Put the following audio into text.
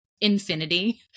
infinity